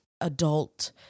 adult